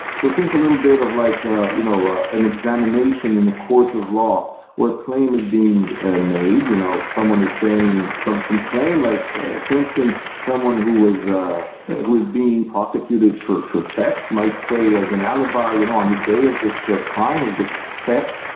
so think a little bit of like ah you know ah an examination in the courts of law where claim is being ah made. you know someone is saying some some claim, like for instance, someone who ah who is being prosecuted for for theft might say as an alibi, you know on the day of this the crime, of this theft,